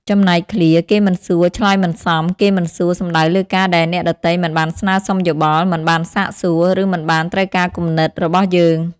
ចំណែកឃ្លា «គេមិនសួរ ឆ្លើយមិនសម» គេមិនសួរ សំដៅលើការដែលអ្នកដទៃមិនបានស្នើសុំយោបល់ មិនបានសាកសួរ ឬមិនបានត្រូវការគំនិតរបស់យើង។